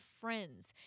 friends